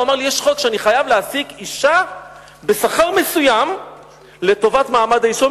הוא אמר לי: יש חוק שאני חייב להעסיק אשה בשכר מסוים לטובת מעמד האשה.